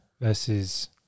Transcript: versus